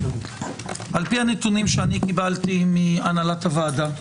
על פי הנתונים שאני קיבלתי מהנהלת הוועדה,